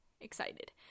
excited